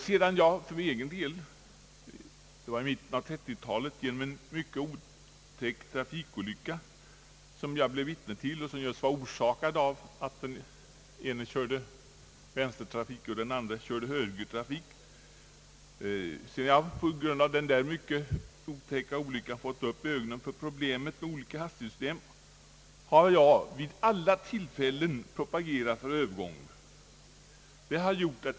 Sedan jag i mitten på 1930-talet genom en mycket otäck trafikolycka, som jag blev vittne till och som just var orsakad av att den ene körde vänstertrafik och den andre högertrafik, fått upp ögonen för såväl problemet högervänstertrafik som hastighetsproblemet, har jag vid alla tillfällen propagerat för övergång till högertrafik.